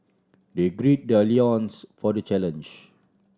they gird their loins for the challenge